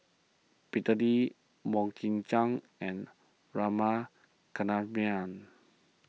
Peter Lee Mok King Jang and Rama Kannabiran